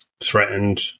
threatened